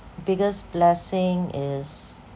biggest blessing is